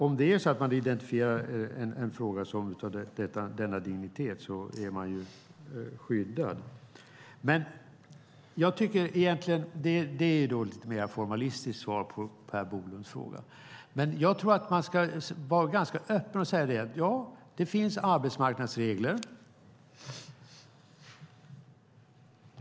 Om man identifierar en fråga som är av denna dignitet är man skyddad. Det är ett något formalistiskt svar på Per Bolunds fråga. Jag tror att man ska vara ganska öppen och säga att ja, det finns arbetsmarknadsregler.